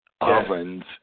ovens